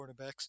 quarterbacks